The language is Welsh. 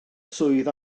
swydd